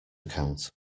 account